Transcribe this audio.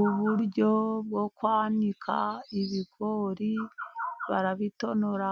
Uburyo bwo kwanika ibigori. Barabitonora,